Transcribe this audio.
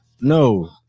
No